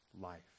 life